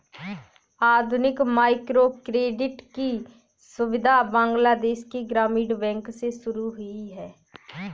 आधुनिक माइक्रोक्रेडिट की सुविधा बांग्लादेश के ग्रामीण बैंक से शुरू हुई है